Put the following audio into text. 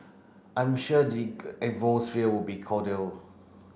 I'm sure the will be cordial